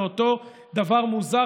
באותו דבר מוזר,